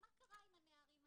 ומה קרה עם הנערים האלה,